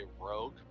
rogue